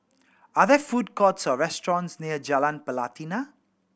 are there food courts or restaurants near Jalan Pelatina